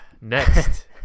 next